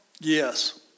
Yes